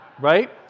right